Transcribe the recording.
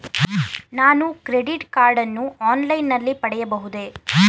ನಾನು credit card ಅನ್ನು online ನಲ್ಲಿ ಪಡೆಯಬಹುದೇ?